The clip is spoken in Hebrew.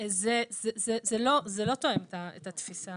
זה לא תואם את התפיסה.